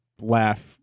laugh